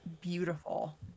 beautiful